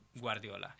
Guardiola